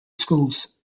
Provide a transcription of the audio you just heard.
schools